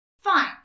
Fine